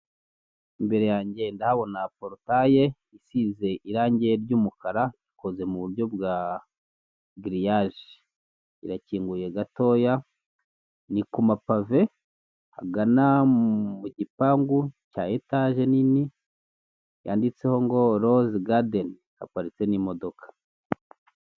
Imbere yanjye ndahabona porotaye isize irangi ry'umukara ikoze mu buryo bwa giriyaje, irakinguye gatoya, ni kuma pave agana mu gipangu cya etaje nini yanditseho ngo rose gadeni haparitse n'imodoka.